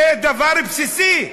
זה דבר בסיסי.